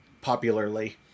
popularly